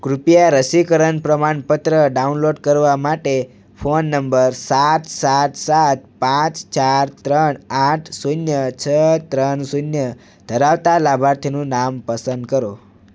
કૃપયા રસીકરણ પ્રમાણપત્ર ડાઉનલોડ કરવા માટે ફોન નંબર સાત સાત સાત પાંચ ચાર ત્રણ આઠ શૂન્ય છ ત્રણ શૂન્ય ધરાવતા લાભાર્થીનું નામ પસંદ કરો